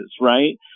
right